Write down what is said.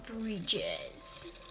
Bridges